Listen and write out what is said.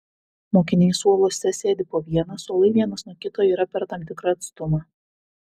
mokiniai suoluose sėdi po vieną suolai vienas nuo kito yra per tam tikrą atstumą